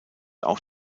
auch